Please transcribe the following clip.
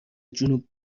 جنوب